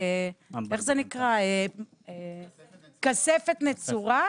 "כספת נצורה",